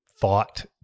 thought